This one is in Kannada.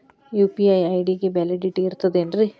ಯು.ಪಿ.ಐ ಐ.ಡಿ ಗೆ ವ್ಯಾಲಿಡಿಟಿ ಇರತದ ಏನ್ರಿ?